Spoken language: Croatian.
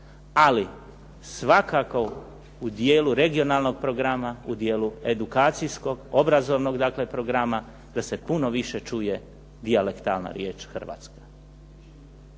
ali svakako u dijelu regionalnog programa, u dijelu edukacijskog, obrazovnog dakle programa da se puno više čuje dijalektalna riječ hrvatska.